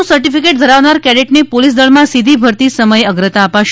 નું સર્ટિફિકેટ ધરાવનાર કેડેટને પોલિસ દળમાં સીધી ભરતી સમયે અગ્રતા અપાશે